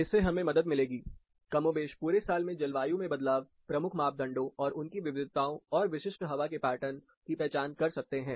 इससे हमें मदद मिलेगी कमोबेश पूरे साल में जलवायु में बदलाव प्रमुख मापदंडों और उनकी विविधताओं और विशिष्ट हवा के पैटर्न की पहचान कर सकते हैं